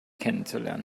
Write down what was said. kennenzulernen